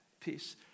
peace